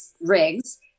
rigs